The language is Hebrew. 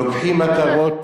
לוקחים מטרות,